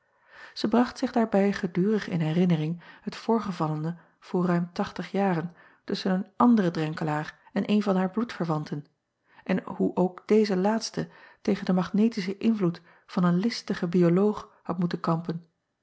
ij bracht zich daarbij gedurig in herinnering het voorgevallene voor ruim tachtig jaren tusschen een anderen renkelaer en eene van hare bloedverwanten en hoe ook deze laatste tegen den magnetischen invloed van een listigen bioloog had moeten kampen